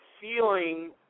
feeling